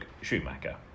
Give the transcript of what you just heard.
Schumacher